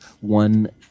one